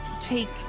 take